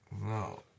No